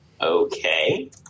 Okay